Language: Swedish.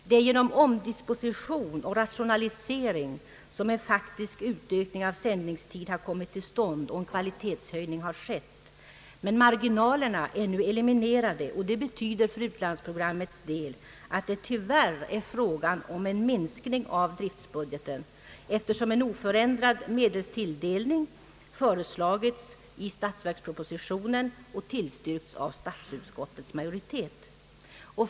Det är genom omdisposition och rationalisering som en faktisk utökning av sändningstiden har kommit till stånd och en kvalitetshöjning har skett. Men marginalerna är nu eliminerade, och detta betyder för utlandsprogrammets del att det tyvärr är fråga om en minskning av driftsbudgeten, eftersom :' en oförändrad medelstilldelning föreslagits i statsverkspropositionen och tillstyrkts av statsutskottets majoritet.